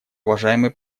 уважаемый